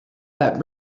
that